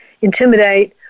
intimidate